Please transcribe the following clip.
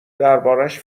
دربارش